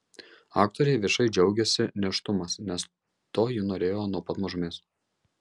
aktorė viešai džiaugiasi nėštumas nes to ji norėjo nuo pat mažumės